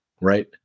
Right